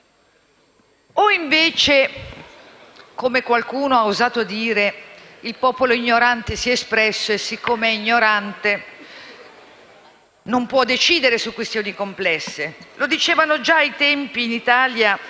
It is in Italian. O, invece, come qualcuno ha osato dire, il popolo ignorante si è espresso e, siccome è ignorante, non può decidere su questioni complesse? In Italia lo dicevano già ai tempi del